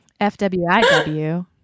fwiw